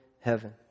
heaven